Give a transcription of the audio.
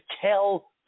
tell